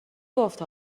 گفت